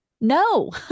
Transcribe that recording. No